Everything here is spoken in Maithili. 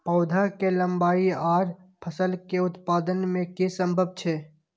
पौधा के लंबाई आर फसल के उत्पादन में कि सम्बन्ध छे?